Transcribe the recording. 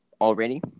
already